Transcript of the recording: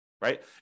right